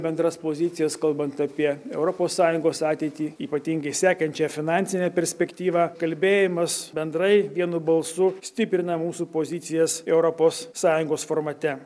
bendras pozicijas kalbant apie europos sąjungos ateitį ypatingai sekančią finansinę perspektyvą kalbėjimas bendrai vienu balsu stiprina mūsų pozicijas europos sąjungos formate